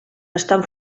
estan